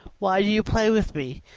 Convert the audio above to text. why do you play with me?